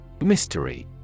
mystery